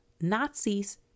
Nazis